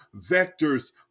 vectors